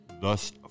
thus